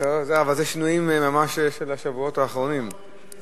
אלה שינויים של השבועות האחרונים.